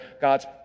God's